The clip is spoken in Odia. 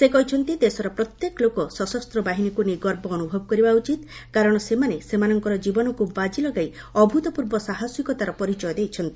ସେ କହିଛନ୍ତି ଦେଶର ପ୍ରତ୍ୟେକ ଲୋକ ସଶସ୍ତ୍ରବାହିନୀକୁ ନେଇ ଗର୍ବ ଅନୁଭବ କରିବା ଉଚିତକାରଣ ସେମାନେ ସେମାନଙ୍କର ଜୀବନକୁ ବାଜି ଲଗାଇ ଅଭ୍ରତପୂର୍ବ ସାହସିକତାର ପରିଚୟ ଦେଇଛନ୍ତି